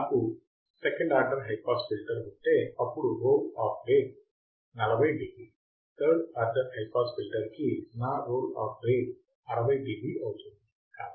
నాకు second order high pass filter ఉంటే అప్పుడు roll off rate 40 D third order high pass filter కి నా రోల్ ఆఫ్ రేట్ 60 డిబి అవుతుంది